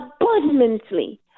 abundantly